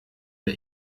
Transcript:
der